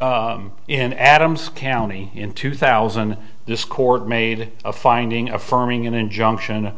in adams county in two thousand this court made a finding affirming an injunction